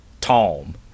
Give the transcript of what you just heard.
Tom